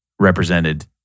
represented